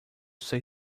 say